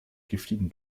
giftigen